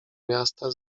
miasta